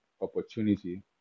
opportunity